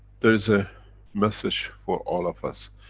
there is a message for all of us,